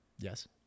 Yes